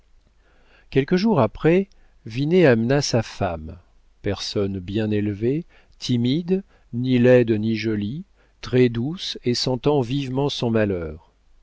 quelques jours après vinet amena sa femme personne bien élevée timide ni laide ni jolie très-douce et sentant vivement son malheur